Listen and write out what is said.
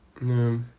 No